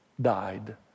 died